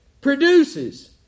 produces